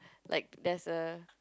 like there's a